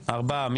ארבעה.